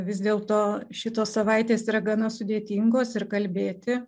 vis dėlto šitos savaitės yra gana sudėtingos ir kalbėti